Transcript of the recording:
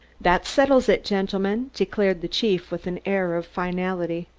that settles it, gentlemen, declared the chief with an air of finality.